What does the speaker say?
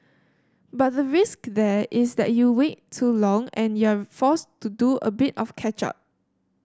but the risk there is that you wait too long and you're forced to do a bit of catch up